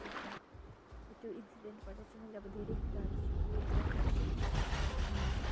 ऊ त्यो इन्सिडेन्टबाट चाहिँ मैले अब धेरै कुराहरू सिकेँ होइन